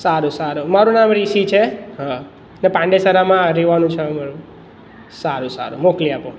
સારું સારું મારૂં નામ રિશી છે હા ને પાંડેસરામાં રહેવાનું છે અમારું સારું સારું મોકલી આપો